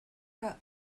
but